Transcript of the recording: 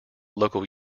local